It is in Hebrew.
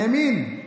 האמין.